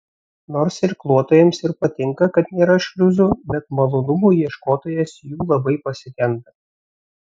nors irkluotojams ir patinka kad nėra šliuzų bet malonumų ieškotojas jų labai pasigenda